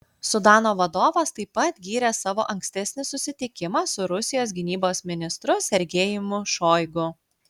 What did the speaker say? sudano vadovas taip pat gyrė savo ankstesnį susitikimą su rusijos gynybos ministru sergejumi šoigu